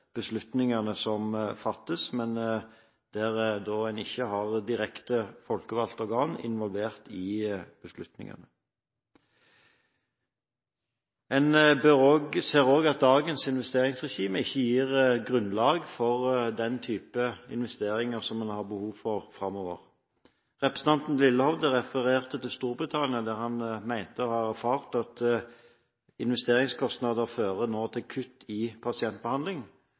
beslutningene som fattes, men der man ikke har direkte folkevalgte organ involvert i beslutningene. Man ser også at dagens investeringsregime ikke gir grunnlag for den type investeringer som man har behov for framover. Representanten Lillehovde refererte til Storbritannia, der han mente at man hadde erfart at investeringskostnader fører til kutt i